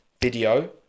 video